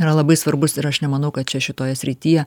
yra labai svarbus ir aš nemanau kad čia šitoje srityje